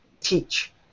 teach